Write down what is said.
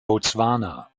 botswana